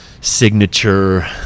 signature